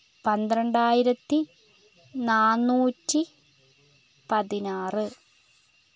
പന്ത്രണ്ടായിരത്തി നാന്നൂറ്റി പതിനാറ്